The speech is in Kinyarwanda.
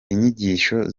inyigisho